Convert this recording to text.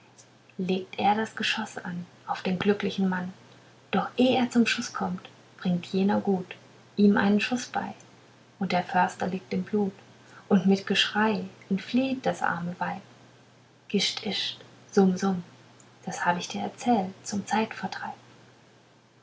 legt er das geschoß an auf den glücklichen mann doch eh er zum schuß kommt bringt jener gut ihm einen schuß bei und der förster liegt im blut und mit geschrei entflieht das arme weib gischt ischt summ summ das hab ich dir erzählt zum zeitvertreib